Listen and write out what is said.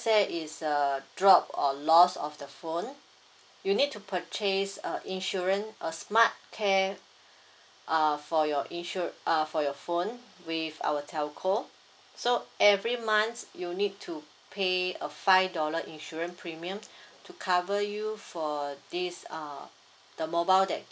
say it's uh drop or loss of the phone you need to purchase a insurance a smart care uh for your insur~ uh for your phone with our telco so every months you'll need to pay a five dollar insurance premium to cover you for this uh the mobile that